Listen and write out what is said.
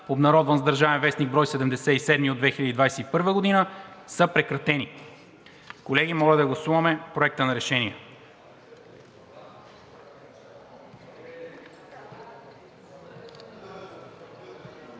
обнародван в „Държавен вестник“, бр. 77 от 2021 г., са прекратени.“ Колеги, моля да гласуваме Проекта на решение.